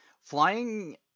Flying